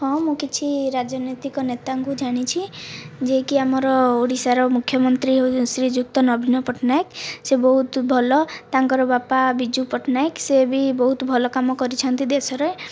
ହଁ ମୁଁ କିଛି ରାଜନୈତିକ ନେତାଙ୍କୁ ଜାଣିଛି ଯିଏକି ଆମର ଓଡ଼ିଶାର ମୁଖ୍ୟମନ୍ତ୍ରୀ ହେଉଛନ୍ତି ଶ୍ରୀଯୁକ୍ତ ନବୀନ ପଟ୍ଟନାୟକ ସେ ବହୁତ ଭଲ ତାଙ୍କର ବାପା ବିଜୁ ପଟ୍ଟନାୟକ ସେ ବି ବହୁତ ଭଲ କାମ କରିଛନ୍ତି ଦେଶରେ